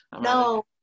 no